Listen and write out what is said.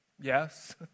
Yes